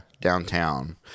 downtown